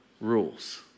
rules